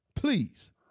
Please